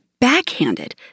backhanded